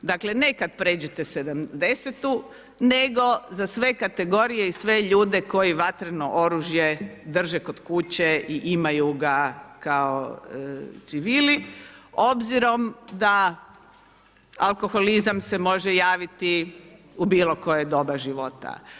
Dakle, ne kada pređete 70-tu nego za sve kategorije i sve ljude koji vatreno oružje drže kod kuće i imaju ga kao civili obzirom da alkoholizam se može javiti u bilo koje doba života.